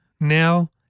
now